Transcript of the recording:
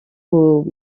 aux